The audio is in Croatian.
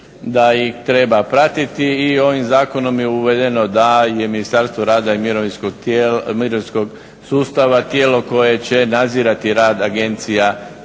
da ih treba pratiti i ovim zakonom je uvedeno da je Ministarstvo rada i mirovinskog sustava tijelo koje će nadzirati rad agencija